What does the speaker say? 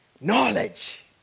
knowledge